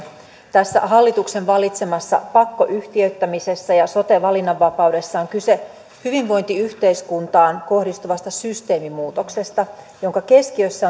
tässä hallituksen valitsemassa pakkoyhtiöittämisessä ja sote valinnanvapaudessa on kyse hyvinvointiyhteiskuntaan kohdistuvasta systeemimuutoksesta jonka keskiössä